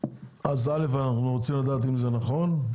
אז א' אנחנו רוצים לדעת אם זה נכון,